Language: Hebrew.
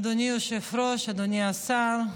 אדוני היושב-ראש, אדוני השר,